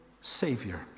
Savior